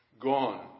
Gone